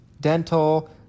dental